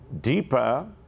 deeper